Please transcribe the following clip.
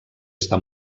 està